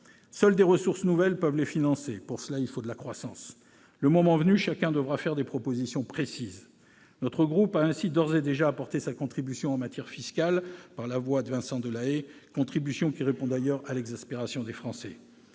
Seules des ressources nouvelles peuvent les financer. Pour cela, il faut de la croissance. Le moment venu, chacun devra faire des propositions précises. Notre groupe a ainsi d'ores et déjà apporté sa contribution en matière fiscale- notamment par la voix de Vincent Delahaye -, contribution qui répond d'ailleurs à l'exaspération des Français.